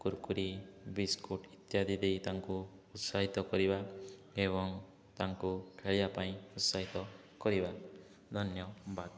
Kurkure biscuit ଇତ୍ୟାଦି ଦେଇ ତାଙ୍କୁ ଉତ୍ସାହିତ କରିବା ଏବଂ ତାଙ୍କୁ ଖେଳିବା ପାଇଁ ଉତ୍ସାହିତ କରିବା ଧନ୍ୟବାଦ